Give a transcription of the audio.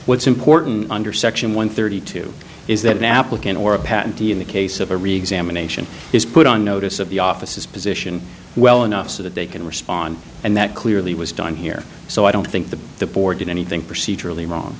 what's important under section one thirty two is that an applicant or a patent in the case of a reexamination is put on notice of the office's position well enough so that they can respond and that clearly was done here so i don't think that the board did anything procedurally wrong